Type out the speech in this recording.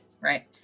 right